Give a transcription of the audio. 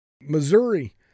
Missouri